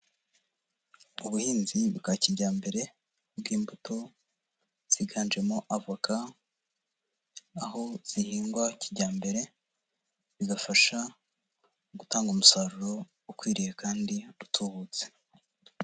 Ubuhinzi bwa kijyambere bw'imbuto, ziganjemo avoka, aho zihingwa kijyambere, zigafasha gutanga umusaruro ukwiriye kandi utubutse.